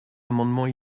amendements